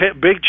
big